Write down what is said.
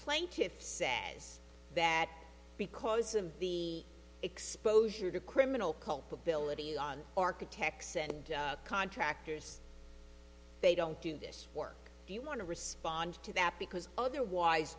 plaintiffs say is that because of the exposure to criminal culpability on architects and contractors they don't do this work do you want to respond to that because otherwise